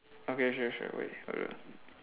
okay sure sure wait hold on